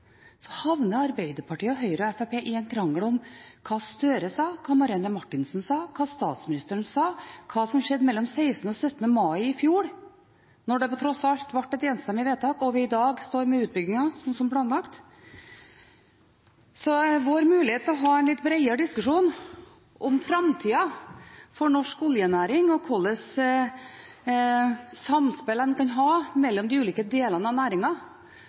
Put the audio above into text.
så havner Arbeiderpartiet og Høyre og Fremskrittspartiet i en krangel om hva Gahr Støre sa, hva Marianne Marthinsen sa, hva statsministeren sa, hva som skjedde mellom 16. og 17. mai i fjor – når det tross alt ble et enstemmig vedtak og vi i dag står med utbyggingen, som planlagt. Så vår mulighet til å ha en litt bredere diskusjon om framtida for norsk oljenæring, om hva slags samspill en kan ha mellom de ulike deler av